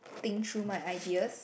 think through my ideas